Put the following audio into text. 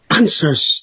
answers